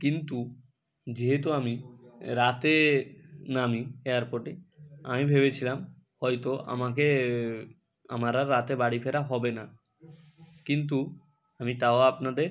কিন্তু যেহেতু আমি রাতে নামি এয়ারপোর্টে আমি ভেবেছিলাম হয়তো আমাকে আমার আর রাতে বাড়ি ফেরা হবে না কিন্তু আমি তাও আপনাদের